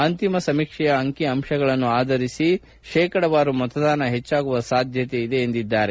ಅಂತಿಮ ಸಮೀಕ್ಷೆಯ ಅಂಕಿ ಅಂಶಗಳನ್ನು ಸ್ನೀಕರಿಸಿದ ನಂತರ ಶೇಕಡಾವಾರು ಮತದಾನ ಹೆಚ್ಚಾಗುವ ಸಾಧ್ಯತೆ ಎಂದಿದ್ದಾರೆ